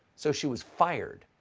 so she was fired.